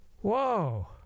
Whoa